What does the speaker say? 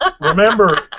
Remember